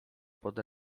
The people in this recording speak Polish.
pod